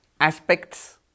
aspects